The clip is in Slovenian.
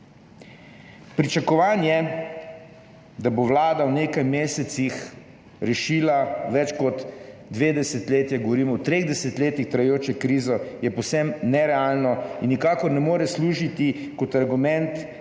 Pričakovanje, da bo vlada v nekaj mesecih rešila več kot dve desetletji, govorimo o treh desetletjih trajajoče krize, je povsem nerealno in nikakor ne more služiti kot argument